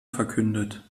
verkündet